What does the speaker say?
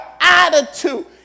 attitude